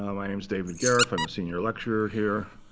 my name's david gariff. i'm a senior lecturer here.